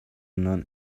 non